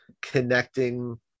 connecting